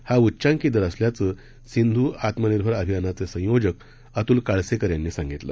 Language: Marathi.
हा उच्चांकी दर असल्याचं सिंधु आत्मनिर्भर अभियानाचे संयोजक अतुल काळसेकर यांनी सांगितल